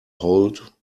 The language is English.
hold